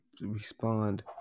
respond